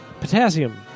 Potassium